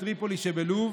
בטריפולי שבלוב.